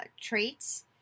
traits